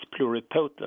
pluripotent